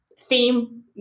theme